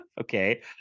Okay